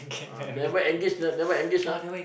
ah never engage never engage ah